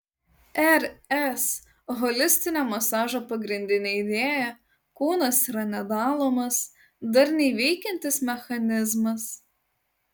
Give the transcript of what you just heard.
rs holistinio masažo pagrindinė idėja kūnas yra nedalomas darniai veikiantis mechanizmas